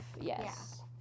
yes